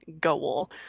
goal